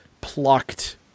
plucked